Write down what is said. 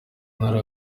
ntara